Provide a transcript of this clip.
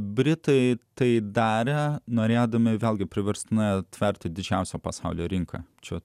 britai tai darę norėdami vėlgi priverstinai atverti didžiausią pasaulio rinką čia